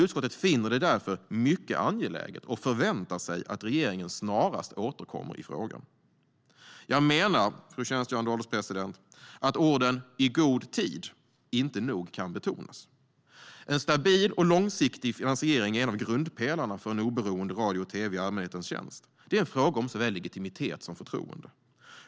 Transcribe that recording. Utskottet finner det därför mycket angeläget att regeringen återkommer i frågan och förväntar sig att regeringen snarast gör det. Jag menar, fru ålderspresident, att orden "i god tid" inte nog kan betonas. En stabil och långsiktig finansiering är en av grundpelarna för en oberoende radio och tv i allmänhetens tjänst. Det är en fråga om såväl legitimitet som förtroende.